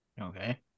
Okay